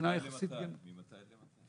ממתי למתי?